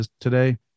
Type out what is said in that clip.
today